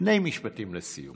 שני משפטים לסיום.